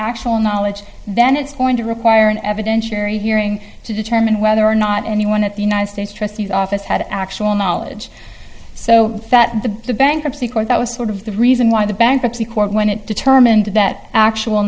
actual knowledge then it's going to require an evidentiary hearing to determine whether or not anyone at the united states trustees office had actual knowledge so that the bankruptcy court that was sort of the reason why the bankruptcy court when it determined that actual